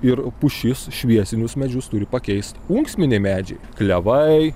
ir pušis šviesinius medžius turi pakeist ūksminiai medžiai klevai